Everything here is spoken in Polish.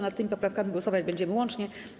Nad tymi poprawkami głosować będziemy łącznie.